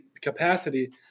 capacity